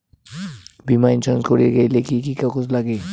বীমা ইন্সুরেন্স করির গেইলে কি কি কাগজ নাগে?